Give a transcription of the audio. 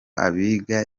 abiga